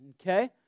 Okay